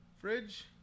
Fridge